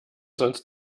sonst